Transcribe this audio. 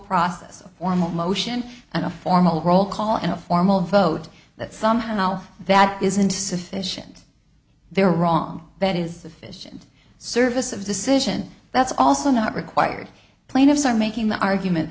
process of formal motion and a formal roll call and a formal vote that somehow that isn't sufficient they are wrong that is the fish and service of decision that's also not required plaintiffs are making the argument